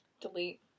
Delete